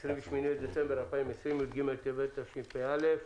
28 בדצמבר 2020, י"ג בטבת תשפ"א.